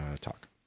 talk